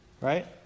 right